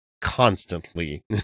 constantly